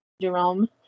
Jerome